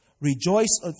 Rejoice